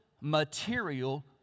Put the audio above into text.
material